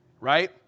right